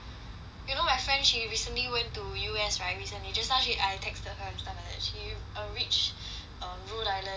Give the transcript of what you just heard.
you know my friend she recently went to U_S right recently just now she I texted her and stuff like that she reach err rhode island already ah